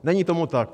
Není tomu tak.